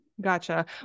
Gotcha